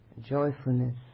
joyfulness